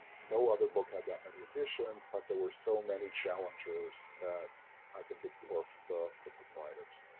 no other book had that many editions but there were so many challengers that i think it dwarfed the the proprietor's.